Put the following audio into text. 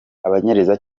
abanyereza